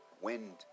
wind